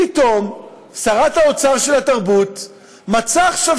פתאום שרת האוצר של התרבות מצאה עכשיו